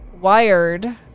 Wired